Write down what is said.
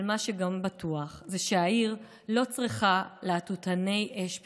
אבל מה שגם בטוח זה שהעיר לא צריכה להטוטני אש פירומנים.